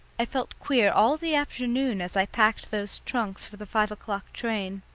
i felt queer all the afternoon as i packed those trunks for the five o'clock train.